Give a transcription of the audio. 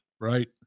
Right